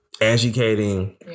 educating